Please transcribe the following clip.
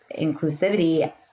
inclusivity